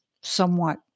somewhat